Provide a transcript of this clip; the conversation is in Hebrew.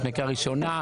לפני הקריאה הראשונה.